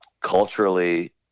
culturally